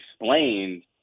explained